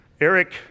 Eric